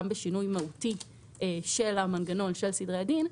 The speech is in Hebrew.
שינוי מהותי של המנגנון של סדרי הדין,